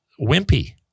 wimpy